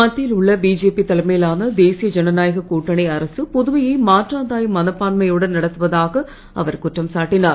மத்தியில் உள்ள பிஜேபி தலைமையிலான தேசிய ஜனநாயகக் கூட்டணி அரசு புதுவையை மாற்றாந்தாய் மனப்பான்மையுடன் நடத்துவதாக அவர் குற்றம் சாட்டினார்